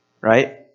right